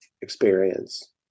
experience